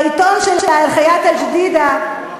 והעיתון שלה "אל-חיאת אל-ג'דידה",